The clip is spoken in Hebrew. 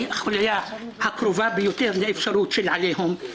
החוליה שקרובה ביותר לאפשרות של עליהום.